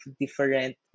different